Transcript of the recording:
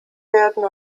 werden